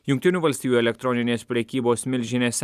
jungtinių valstijų elektroninės prekybos milžinės